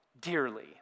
dearly